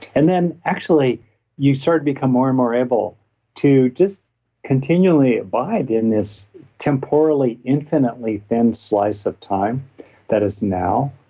and then actually you start to become more and more able to just continually abide in this temporarily, infinitely thin slice of time that is now.